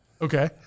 Okay